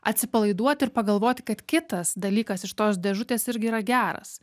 atsipalaiduoti ir pagalvoti kad kitas dalykas iš tos dėžutės irgi yra geras